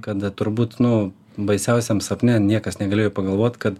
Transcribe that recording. kad turbūt nu baisiausiam sapne niekas negalėjo pagalvot kad